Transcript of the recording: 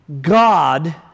God